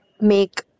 make